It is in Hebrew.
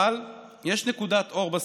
אבל יש נקודת אור בסיפור: